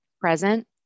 present